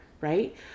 right